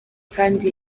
kandi